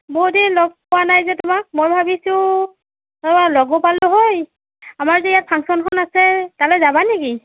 বহু দিন লগ পোৱা নাই যে তোমাক মই ভাবিছোঁ এবাৰ লগো পালোঁ হয় আমাৰ যে ইয়াত ফাংশ্যনখন আছে তালৈ যাবা নেকি